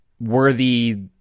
worthy